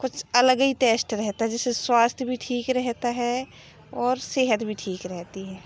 कुछ अलग ही टेस्ट रहता है जिससे स्वास्थ्य भी ठीक रहता है और सेहत भी ठीक रहती है